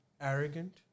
arrogant